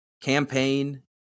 Campaign